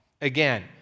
Again